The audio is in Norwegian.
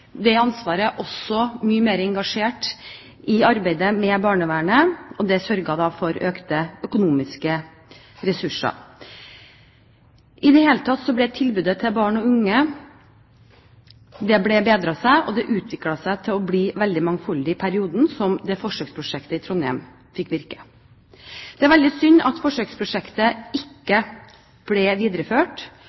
det ansvaret også mye mer engasjert i arbeidet med barnevernet, og det sørget for økte økonomiske ressurser. I det hele tatt ble tilbudet til barn og unge bedre, og det utviklet seg til å bli veldig mangfoldig i perioden forsøksprosjektet i Trondheim fikk virke. Det er veldig synd at forsøksprosjektet ikke ble videreført